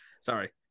Sorry